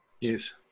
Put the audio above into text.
Yes